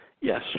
Yes